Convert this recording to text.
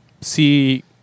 see